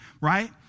right